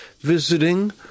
visiting